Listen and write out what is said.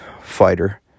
fighter